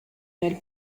nel